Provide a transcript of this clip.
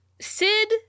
sid